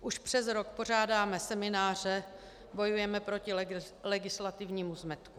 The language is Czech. Už přes rok pořádáme semináře, bojujeme proti legislativnímu zmetku.